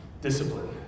discipline